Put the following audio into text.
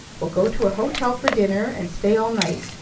we'll go to a hotel for dinner, and stay all night.